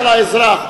על האזרח.